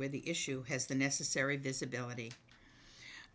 where the issue has the necessary visibility